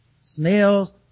snails